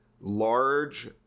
large